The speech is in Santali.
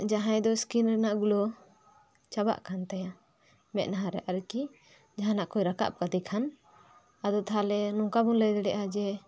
ᱡᱟᱦᱟᱭ ᱫᱚ ᱥᱠᱤᱱ ᱨᱮᱱᱟᱜ ᱜᱞᱳ ᱪᱟᱵᱟᱜ ᱠᱟᱱ ᱛᱟᱭᱟ ᱢᱮᱫᱦᱟᱨᱮ ᱟᱨᱠ ᱤ ᱡᱟᱦᱟᱱᱟᱜ ᱠᱚ ᱨᱟᱠᱟᱵ ᱟᱠᱟᱫᱮ ᱠᱷᱟᱱ ᱟᱫᱚ ᱛᱟᱦᱚᱞᱮ ᱱᱚᱝᱠᱟ ᱵᱚ ᱞᱟᱹᱭ ᱫᱟᱲᱮᱭᱟᱜᱼᱟ ᱡᱮ